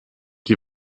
die